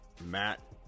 Matt